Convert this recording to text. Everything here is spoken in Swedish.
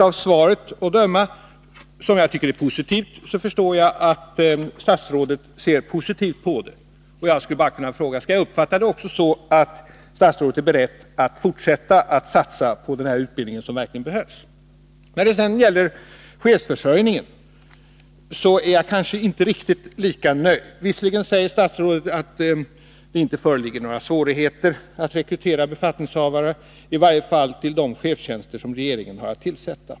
Av svaret att döma, som jag tycker är bra, förstår jag att statsrådet ser positivt på problemet. Jag skulle ytterligare kunna fråga: Skall jag också uppfatta det som att statsrådet är beredd att fortsätta att satsa på denna utbildning, som verkligen behövs? När det sedan gäller chefsförsörjningen är jag kanske inte riktigt lika nöjd. Visserligen säger statsrådet att det inte föreligger några svårigheter att rekrytera befattningshavare, i varje fall till de chefstjänster som regeringen har att tillsätta.